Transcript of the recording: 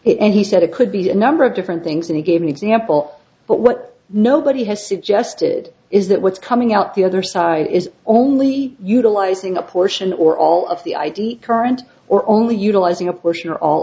it and he said it could be a number of different things and he gave an example but what nobody has suggested is that what's coming out the other side is only utilizing a portion or all of the id current or only utilizing a portion or all